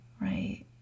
right